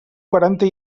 quaranta